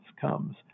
comes